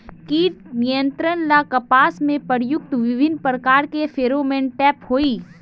कीट नियंत्रण ला कपास में प्रयुक्त विभिन्न प्रकार के फेरोमोनटैप होई?